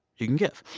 you can give.